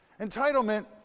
Entitlement